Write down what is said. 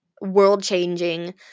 world-changing